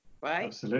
right